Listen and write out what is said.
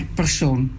persoon